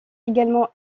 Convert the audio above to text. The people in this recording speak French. également